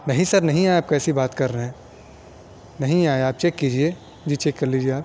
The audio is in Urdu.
نہیں سر نہیں آیا ہے آپ کیسی بات کر رہے ہیں نہیں آیا آپ چیک کیجیے جی چیک کر لیجیے آپ